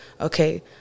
okay